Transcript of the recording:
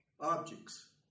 objects